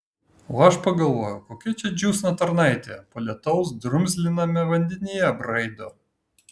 o aš pagalvojau kokia čia džiūsna tarnaitė po lietaus drumzliname vandenyje braido